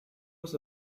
was